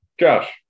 Josh